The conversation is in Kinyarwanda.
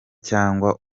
cyangwa